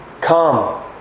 Come